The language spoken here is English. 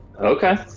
Okay